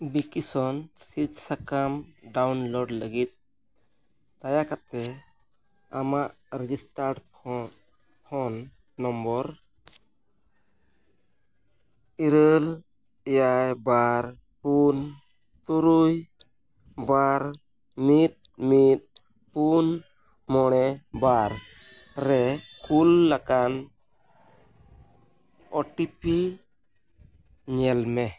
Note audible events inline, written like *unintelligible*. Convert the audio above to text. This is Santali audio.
ᱵᱷᱮᱠᱥᱤᱱ ᱥᱤᱫ ᱥᱟᱠᱟᱢ ᱰᱟᱣᱩᱱᱞᱳᱰ ᱞᱟᱹᱜᱤᱫ ᱫᱟᱭᱟ ᱠᱟᱛᱮᱫ ᱟᱢᱟᱜ ᱨᱮᱡᱤᱥᱴᱟᱨᱰ *unintelligible* ᱯᱷᱳᱱ ᱱᱟᱢᱵᱟᱨ ᱤᱨᱟᱹᱞ ᱮᱭᱟᱭ ᱵᱟᱨ ᱯᱩᱱ ᱛᱩᱨᱩᱭ ᱵᱟᱨ ᱢᱤᱫ ᱢᱤᱫ ᱯᱩᱱ ᱢᱚᱬᱮ ᱵᱟᱨ ᱨᱮ ᱠᱳᱞ ᱟᱠᱟᱱ ᱳ ᱴᱤ ᱯᱤ ᱧᱮᱞᱢᱮ